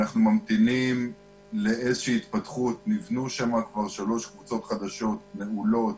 אנחנו ממתינים לאיזושהי התפתחות נבנו שם כבר שלוש קבוצת חדשות נעולות